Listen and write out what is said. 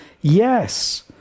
Yes